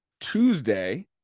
Tuesday